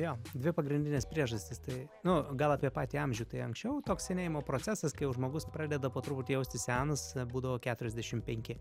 jo dvi pagrindinės priežastys tai nu gal apie patį amžių tai anksčiau toks senėjimo procesas kai jau žmogus pradeda po truputį jaustis senas būdavo keturiasdešim penki